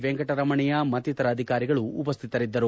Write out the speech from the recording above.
ವೆಂಕಟರಮಣಯ್ಯ ಮತ್ತಿತರ ಅಧಿಕಾರಿಗಳು ಉಪಸ್ಥಿತರಿದ್ದರು